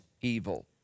evil